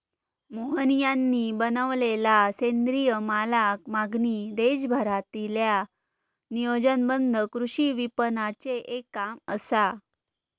मोहन यांनी बनवलेलला सेंद्रिय मालाक मागणी देशभरातील्या नियोजनबद्ध कृषी विपणनाचे एक काम असा